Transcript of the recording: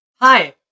Hi